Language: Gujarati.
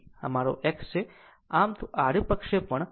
9 o આ મારો x છે આમ આડી પ્રક્ષેપણ